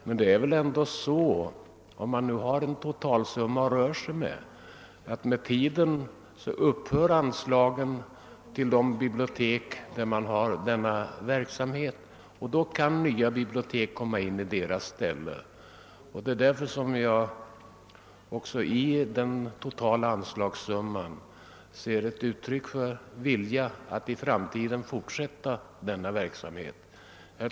Men om man nu har en totalsumma att röra sig med kan ju medel utgå till nya bibliotek när anslagen upphör till sådana bibliotek som för närvarande bedriver denna utvecklingsverksamhet. Det är av den anledningen som jag i den totala anslagssumman ser ett uttryck för en vilja att i framtiden fortsätta med verksamheten.